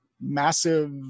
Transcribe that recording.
massive